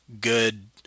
good